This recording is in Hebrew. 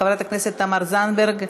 חברת הכנסת תמר זנדברג,